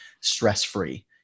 stress-free